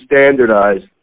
standardized